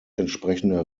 entsprechende